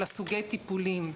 של סוגי הטיפולים.